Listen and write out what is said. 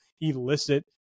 elicit